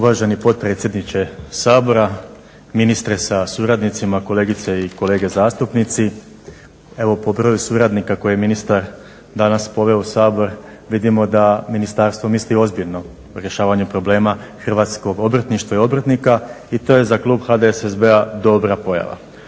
Uvaženi potpredsjedniče Sabora, ministre sa suradnicima, kolegice i kolege zastupnici. Evo po broju suradnika koje je ministar danas poveo u Sabor vidimo da ministarstvo misli ozbiljno u rješavanju problema hrvatskog obrtništva i obrtnika. I to je za Klub HDSSB-a dobra pojava.